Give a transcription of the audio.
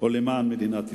ולמען מדינת ישראל.